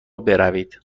بروید